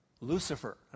Lucifer